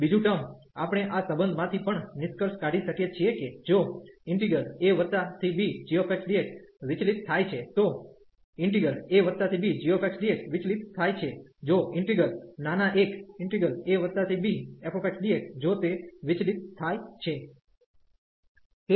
બીજું ટર્મ આપણે આ સંબંધ માંથી પણ નિષ્કર્ષ કાઢી શકીએ છીએ કે જો abgxdx વિચલીત થાય છે તો abgxdx વિચલીત થાય છે જો ઈન્ટિગ્રલ નાના એક abfxdx જો તે વિચલીત થાય છે